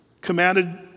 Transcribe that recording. commanded